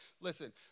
Listen